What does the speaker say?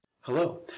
Hello